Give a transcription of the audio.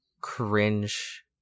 cringe